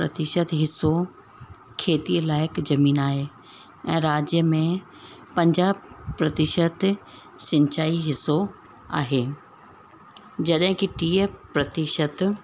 प्रतिशत हिसो खेतीअ लाइक़ु ज़मीन आहे ऐं राज्य में पंजाहु प्रतिशत सिंचाई हिसो आहे जॾहिं कि टीह प्रतिशत